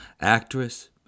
actress